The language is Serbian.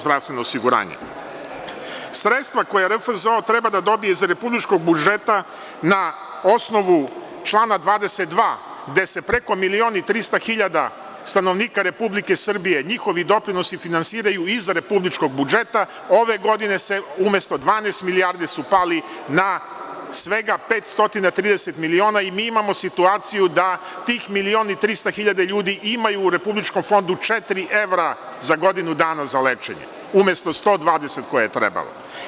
Sredstva koja RFZO treba da dobije iz republičkog budžeta na osnovu člana 22. gde se preko milion i 300 hiljada stanovnika Republike Srbije njihovi doprinosi finansiraju iz republičkog budžeta, ove godine umesto 12 milijardi su pali na svega 530 miliona i mi imamo situaciju da tih milion i 300 hiljada ljudi imaju u republičkom fondu četiri evra za godinu dana za lečenje, umesto 120 koje je trebalo.